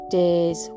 days